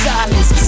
Silence